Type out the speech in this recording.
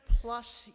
plus